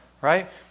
right